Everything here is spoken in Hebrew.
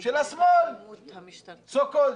של השמאל סו קולד.